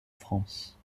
france